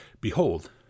behold